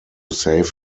save